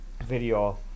video